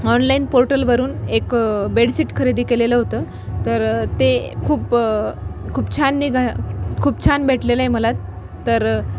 online पोर्टलवरून एक bedsheet खरेदी केलेलं होतं तर ते खूप खूप छान निघा खूप छान भेटलेलं आहे मला तर